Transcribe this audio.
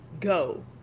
go